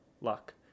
luck